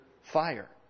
fire